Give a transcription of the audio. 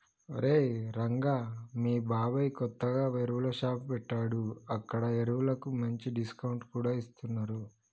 ఒరేయ్ రంగా మీ బాబాయ్ కొత్తగా ఎరువుల షాప్ పెట్టాడు అక్కడ ఎరువులకు మంచి డిస్కౌంట్ కూడా ఇస్తున్నరు